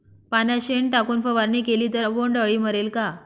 पाण्यात शेण टाकून फवारणी केली तर बोंडअळी मरेल का?